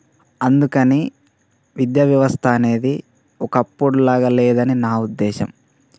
అందుకని విద్యావ్యవస్థ అనేది ఒకప్పటి లాగా లేదని నా ఉద్దేశం